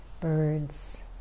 Birds